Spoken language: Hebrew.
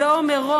עומר,